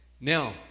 Now